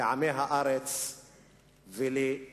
לעמי הארץ ולאזרחי